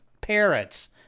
parrots